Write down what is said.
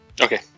Okay